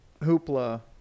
Hoopla